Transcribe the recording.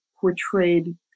portrayed